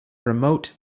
remote